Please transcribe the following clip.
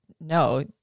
no